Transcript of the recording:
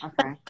Okay